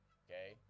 okay